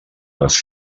les